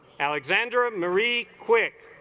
alexander emery quick